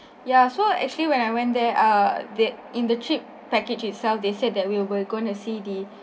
ya so actually when I went there uh the~ in the trip package itself they said that we were going to see the